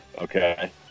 Okay